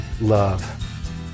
love